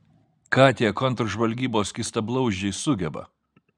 ką tie kontržvalgybos skystablauzdžiai sugeba